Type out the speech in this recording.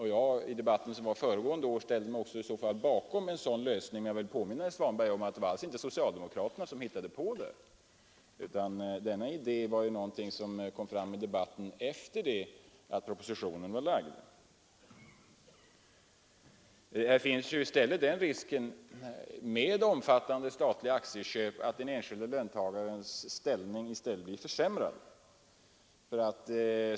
I den debatt som vi hade förra året ställde jag mig också bakom en sådan lösning, men jag vill påminna herr Svanberg om att det var alls inte socialdemokraterna som hittade på detta, utan denna idé kom fram i debatten efter det att propositionen var lagd. Med omfattande statliga aktieköp finns det risk för att den enskilde löntagarens ställning i stället blir försämrad.